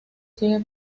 sigue